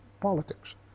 Politics